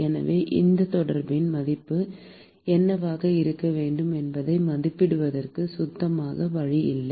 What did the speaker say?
எனவே இந்த தொடர்பின் மதிப்பு என்னவாக இருக்க வேண்டும் என்பதை மதிப்பிடுவதற்கு சுத்தமான வழி இல்லை